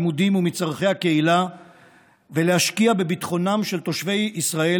מלימודים ומצורכי הקהילה ולהשקיע בביטחונם של תושבי ישראל,